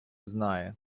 знає